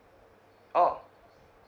orh